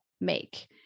make